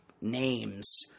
names